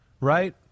right